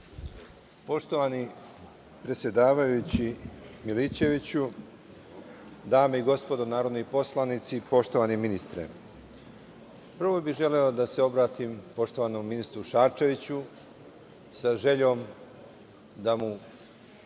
Poštovani predsedavajući, Milićeviću, dame i gospodo narodni poslanici, poštovani ministre, prvo bih želeo da se obratim poštovanom ministru Šarčeviću sa željom da mu